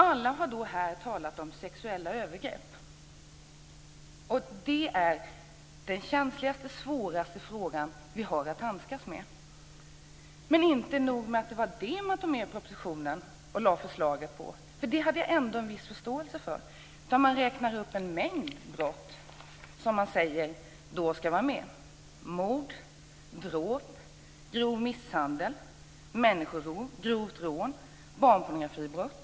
Alla har här talat om sexuella övergrepp och det är den känsligaste och svåraste frågan som vi har att handskas med. Men inte nog med att det är det som man tagit med i propositionen och lagt förslaget på - det har jag ändå en viss försteålse för. Man räknar också upp en mängd brott som man säger ska finnas med: mord, dråp, grov misshandel, människorov, grovt rån och barnpornografibrott.